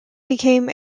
became